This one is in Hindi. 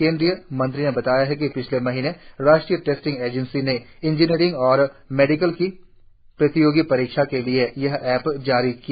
केनद्रीय मंत्री ने बताया कि पिछले महीने राष्ट्रीय टेस्टिंग एजेंसी ने इंजीनियरिंग और मेडिकल की प्रतियोगी परीक्षाओं के लिए यह ऐप जारी किया